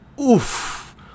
Oof